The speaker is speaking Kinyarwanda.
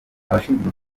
abashinzwe